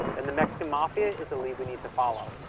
then the mexican mafia is the lead we need to follow.